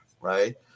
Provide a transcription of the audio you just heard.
right